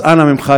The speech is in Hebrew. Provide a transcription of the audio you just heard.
אז אנא ממך,